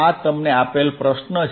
આ તમને આપેલ પ્રશ્ન છે